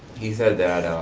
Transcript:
he said that,